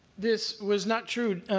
this was not true,